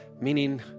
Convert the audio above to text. meaning